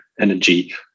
energy